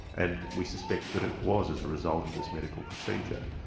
and we suspected that it was a result of this medical procedure,